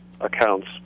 accounts